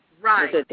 Right